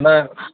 ꯚꯥꯏ